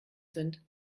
sind